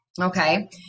okay